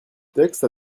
texte